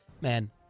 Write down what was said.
Man